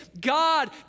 God